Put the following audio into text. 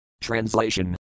Translation